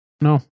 No